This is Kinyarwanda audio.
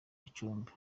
gicumbi